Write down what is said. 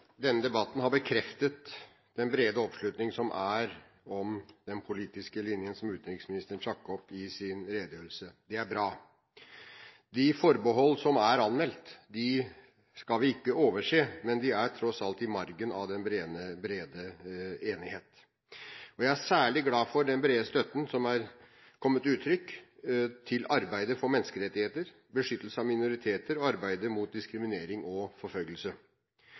trakk opp i sin redegjørelse. Det er bra. De forbehold som er anmeldt, skal vi ikke overse. Men de er tross alt i margen av den brede enighet. Jeg er særlig glad for den brede støtten som er kommet til uttrykk til arbeidet for menneskerettigheter, beskyttelse av minoriteter og arbeidet mot diskriminering og forfølgelse.